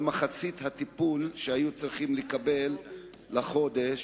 מחצית הטיפול שהיו צריכים לקבל לחודש.